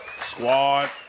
Squad